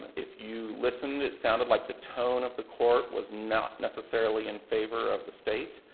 if you listened, it sounded like the tone of the court was not necessarily in favor of the state